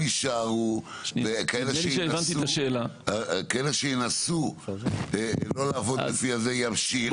פיראטים יישארו וכאלה שינסו לא לעבוד לפי הזה ימשיך.